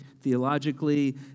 theologically